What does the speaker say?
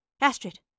Astrid